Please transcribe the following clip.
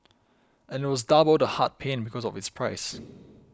and it was double the heart pain because of its price